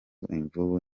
imvubu